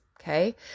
okay